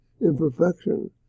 imperfection